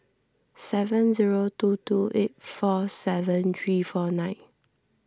seven zero two two eight four seven three four nine